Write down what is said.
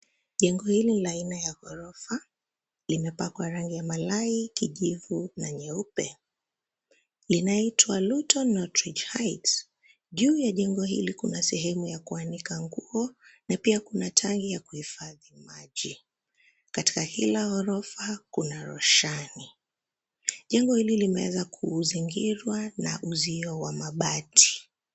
Jengo hili la aina ya ghorofa limepakwa rangi ya malai, kijivu na nyeupe. Linaitwa Luton Northridge Heights. Juu ya jengo hili kuna sehemu ya kuanika nguo na pia kuna tangi ya kuhifadhi maji. Katika hile ghorofa kuna roshani. Jengo hili limeweza kuzingirwa na uzio wa mabati.